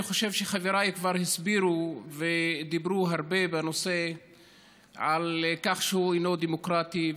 אני חושב שחבריי כבר הסבירו ודיברו הרבה על כך שהוא אינו דמוקרטי,